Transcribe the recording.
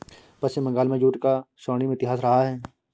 पश्चिम बंगाल में जूट का स्वर्णिम इतिहास रहा है